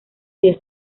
diez